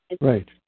Right